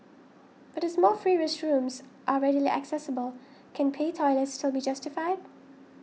but as more free restrooms are readily accessible can pay toilets still be justified